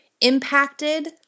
impacted